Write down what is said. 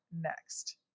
next